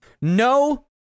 no